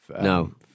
No